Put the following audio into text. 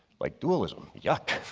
like dualism, yak!